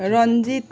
Ranjit